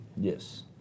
Yes